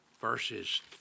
verses